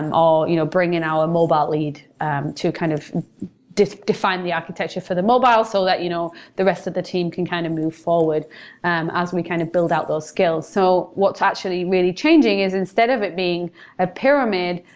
or you know bring in our mobile lead um to kind of define define the architecture for the mobile so that you know the rest of the team can kind of move forward um as we kind of build out those skills. so what's actually really changing is instead of it being a pyramid,